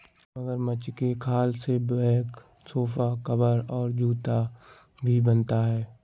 मगरमच्छ के खाल से बैग सोफा कवर और जूता भी बनता है